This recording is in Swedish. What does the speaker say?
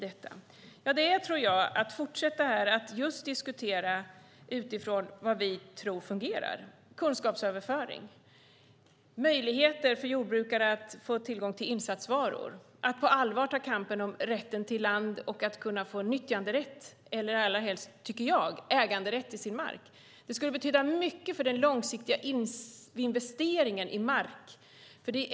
Det är, tror jag, att fortsätta att just diskutera utifrån vad vi tror fungerar, kunskapsöverföring, möjligheter för jordbrukare att få tillgång till insatsvaror, att på allvar ta kampen om rätten till land och att kunna få nyttjanderätt eller allra helst, tycker jag, äganderätt till sin mark. Det skulle betyda mycket för den långsiktiga investeringen i mark.